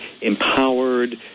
empowered